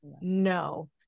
no